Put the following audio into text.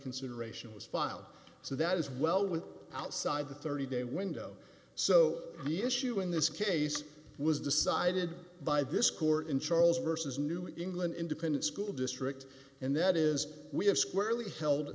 reconsideration was filed so that as well went outside the thirty day window so the issue in this case was decided by this court in charles vs new england independent school district and that is we have squarely